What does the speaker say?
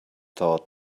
thought